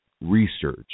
research